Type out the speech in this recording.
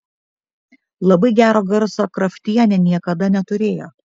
labai gero garso kraftienė niekada neturėjo